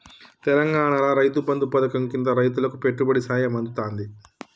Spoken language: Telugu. తెలంగాణాల రైతు బంధు పథకం కింద రైతులకు పెట్టుబడి సాయం అందుతాంది